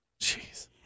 Jeez